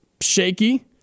shaky